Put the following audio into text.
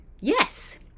yes